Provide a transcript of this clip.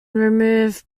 remove